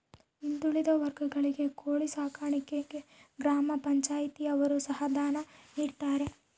ಹಿಂದುಳಿದ ವರ್ಗಗಳಿಗೆ ಕೋಳಿ ಸಾಕಾಣಿಕೆಗೆ ಗ್ರಾಮ ಪಂಚಾಯ್ತಿ ಯವರು ಸಹಾಯ ಧನ ನೀಡ್ತಾರೆ